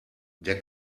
der